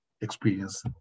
experience